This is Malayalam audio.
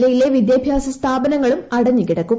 ജില്ലയിലെ വിദ്യാഭ്യാസ സ്ഥാപനങ്ങളും അടഞ്ഞു കിടക്കും